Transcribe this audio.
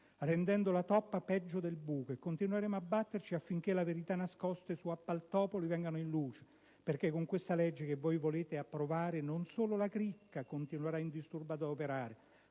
rendendo la toppa peggio del buco, e continueremo a batterci affinché le verità nascoste su "appaltopoli" vengano in luce, perché con questa legge che voi volete approvare non solo la cricca continuerà indisturbata ad operare,